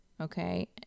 okay